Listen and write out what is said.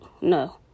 No